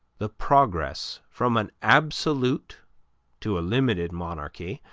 the progress from an absolute to a limited monarchy,